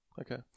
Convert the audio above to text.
okay